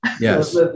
Yes